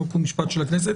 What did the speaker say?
חוק ומשפט של הכנסת,